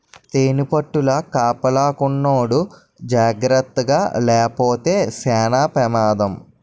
తేనిపట్టుల కాపలాకున్నోడు జాకర్తగాలేపోతే సేన పెమాదం